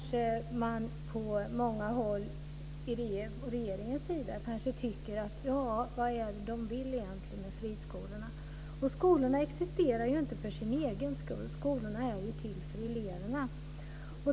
På många håll från regeringens sida kanske man undrar vad de egentligen vill med friskolorna. Skolorna existerar ju inte för sin egen skull. Skolorna är ju till för eleverna.